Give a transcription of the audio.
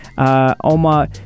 Omar